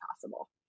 possible